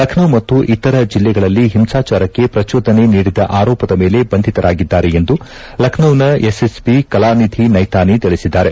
ಲಖನೌ ಮತ್ತು ಇತರ ಜಿಲ್ಲೆಗಳಲ್ಲಿ ಹಿಂಸಾಚಾರಕ್ಕೆ ಪ್ರಜೋದನೆ ನೀಡಿದ ಆರೋಪದ ಮೇಲೆ ಬಂಧಿತರಾಗಿದ್ದಾರೆ ಎಂದು ಲಖನೌನ ಎಸ್ಎಸ್ಪಿ ಕಲಾನಿಧಿ ನೈತಾನಿ ತಿಳಿಸಿದ್ದಾರೆ